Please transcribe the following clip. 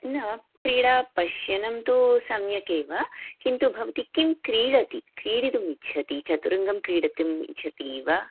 न क्रीडा पश्यनं तु सम्यक् एव किन्तु भवती किं क्रीडति क्रीडितुम् इच्छति चदुरङ्गं क्रीडितुम् इच्छति वा